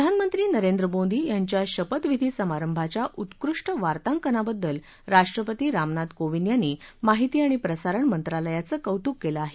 प्रधानमंत्री नरेंद्र मोदी यांच्या शपथविधी संमारभाच्या उत्कृष्ट वार्तांकनाबद्दल राष्ट्रपती रामनाथ कोविंद यांनी माहिती आणि प्रसारण मंत्रालयाचं कौतुक केलं आहे